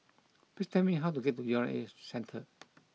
please tell me how to get to U R A Centre